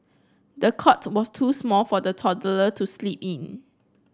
the cot was too small for the toddler to sleep in